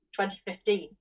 2015